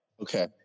Okay